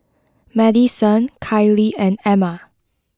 Madyson Kiley and Amma